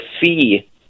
fee